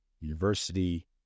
university